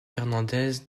fernández